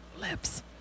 lips